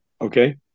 Okay